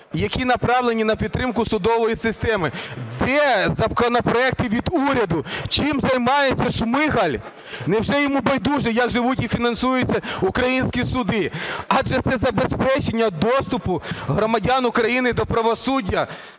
які направлені на підтримку судової системи? Де законопроекти від уряду? Чим займається Шмигаль? Невже йому байдуже як живуть і фінансуються українські суди? Адже це забезпечення доступу громадян України до правосуддя.